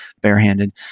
barehanded